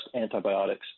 Antibiotics